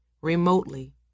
remotely